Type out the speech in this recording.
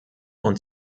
und